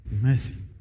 mercy